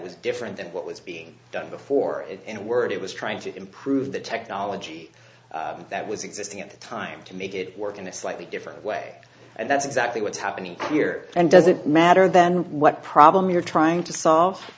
was different than what was being done before in a word it was trying to improve the technology that was existing at the time to make it work in a slightly different way and that's exactly what's happening here and does it matter then what problem you're trying to solve